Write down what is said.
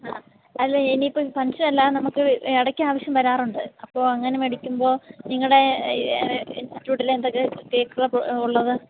ആ അല്ല ഇനിയിപ്പോൾ ഫംഗ്ഷനല്ല നമുക്ക് ഇടയ്ക്കാവശ്യം വരാറുണ്ട് അപ്പോൾ അങ്ങനെ മേടിക്കുമ്പോൾ നിങ്ങളുടെ ഇൻസ്റ്റിട്യൂട്ടിൽ എന്തൊക്കെ കേക്കുകളാണപ്പോൾ ഉള്ളത്